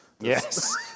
Yes